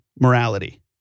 morality